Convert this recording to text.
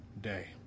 day